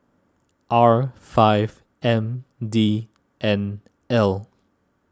R five M D N L